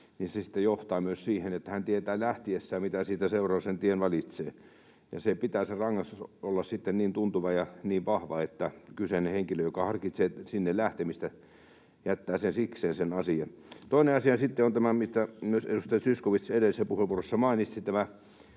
sinne lähtöä harkitsee, tietää lähtiessään, mitä siitä seuraa, jos sen tien valitsee. Ja sen rangaistuksen pitää olla sitten niin tuntuva ja niin vahva, että kyseinen henkilö, joka harkitsee sinne lähtemistä, jättää sen asian sikseen. Toinen asia sitten ovat nämä, mistä myös edustaja Zyskowicz edellisessä puheenvuorossaan mainitsi,